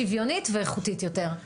שוויונית ואיכותית יותר.